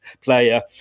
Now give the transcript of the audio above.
player